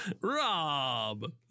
Rob